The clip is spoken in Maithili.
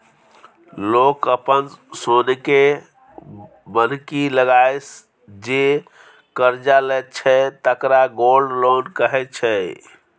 लोक अपन सोनकेँ बन्हकी लगाए जे करजा लैत छै तकरा गोल्ड लोन कहै छै